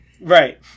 Right